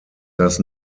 does